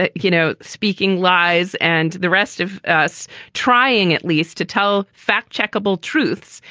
ah you know, speaking lies and the rest of us trying at least to tell fact checkable truths.